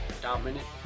dominant